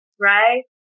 right